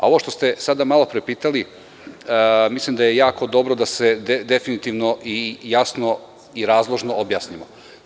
Ovo što ste sada malopre pitali, mislim da je jako dobro da se definitivno jasno i razložno objasnimo.